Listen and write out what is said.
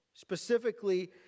Specifically